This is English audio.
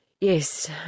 Yes